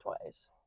twice